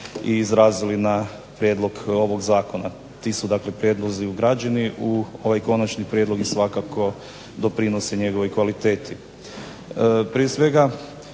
i izrazili na prijedlog ovog zakona. Ti su dakle prijedlozi ugrađeni u ovaj konačni prijedlog i svakako doprinose njegovoj kvaliteti.